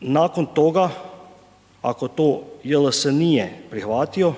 Nakon toga, ako to JLS nije prihvatio,